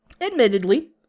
Admittedly